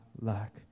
lack